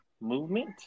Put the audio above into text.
movement